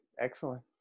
excellent